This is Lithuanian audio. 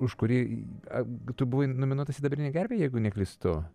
už kurį tu buvai nominuotas sidabrinei gervei jeigu neklystu